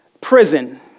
prison